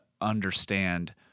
understand